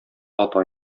ата